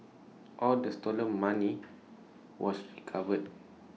all the stolen money was recovered